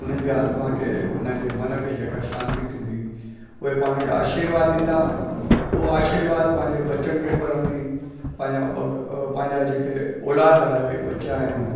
हुननि जे आत्मा खे उन जे मन खे जेका शांती थींदी उहे पाण खे आशीर्वाद ॾींदा उहो आशीर्वाद पंहिंजे बचनि खे फलंदी पंहिंजा जेके औलाद अहे बच्चा आहिनि